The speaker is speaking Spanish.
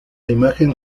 imagen